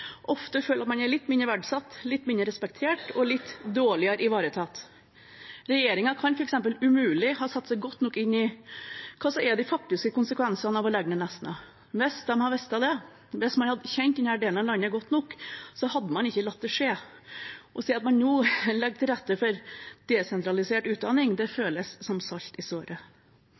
ofte føler at man er litt mindre verdsatt, litt mindre respektert og litt dårligere ivaretatt. Regjeringen kan f.eks. umulig ha satt seg godt nok inn i hva som er de faktiske konsekvensene av å legge ned Nesna. Hvis man hadde visst det, hvis man hadde kjent denne delen av landet godt nok, hadde man ikke latt det skje. Å si at man nå legger til rette for desentralisert utdanning, føles som salt i såret.